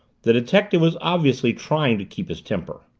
the detective was obviously trying to keep his temper.